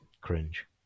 cringe